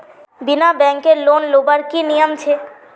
बिना बैंकेर लोन लुबार की नियम छे?